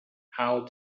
how